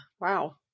Wow